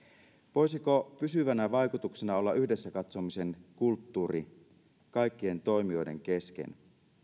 voisiko pysyvänä vaikutuksena olla yhdessä katsomisen kulttuuri kaikkien toimijoiden kesken